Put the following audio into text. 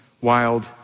wild